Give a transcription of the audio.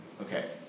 Okay